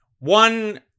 One